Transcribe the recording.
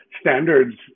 standards